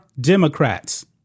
Democrats